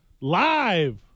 live